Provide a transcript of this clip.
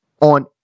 on